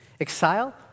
Exile